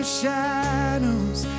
shadows